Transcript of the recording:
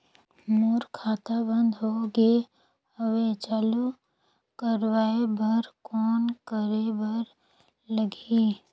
मोर खाता बंद हो गे हवय चालू कराय बर कौन करे बर लगही?